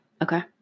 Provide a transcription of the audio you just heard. Okay